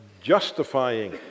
justifying